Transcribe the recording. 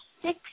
six